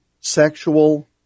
sexual